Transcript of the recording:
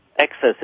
excess